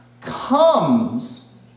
comes